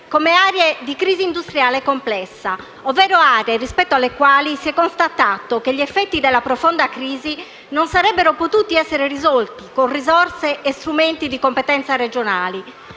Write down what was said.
come aree di crisi industriale complessa, ovvero aree rispetto alle quali si è constatato che gli effetti della profonda crisi non sarebbero potuti essere risolti con risorse e strumenti di competenza regionale.